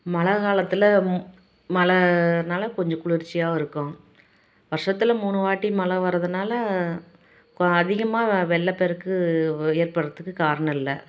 மழை காலத்தில் மழைனால கொஞ்சம் குளிர்ச்சியாகவும் இருக்கும் வருஷத்துல மூணுவாட்டி மழை வரதுனால் கொ அதிகமாக வெள்ளப்பெருக்கு ஏற்படுறதுக்கு காரணம் இல்லை